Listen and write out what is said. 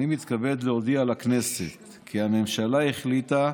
אני מתכבד להודיע לכנסת כי הממשלה החליטה,